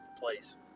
place